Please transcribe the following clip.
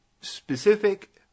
specific